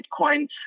Bitcoin